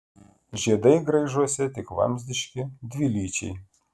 žiedai graižuose tik vamzdiški dvilyčiai